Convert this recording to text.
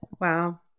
Wow